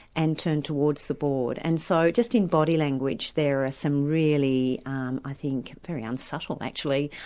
and turn towards the board. and so just in body language, there are some really um i think, very unsubtle, actually,